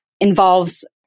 involves